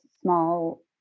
small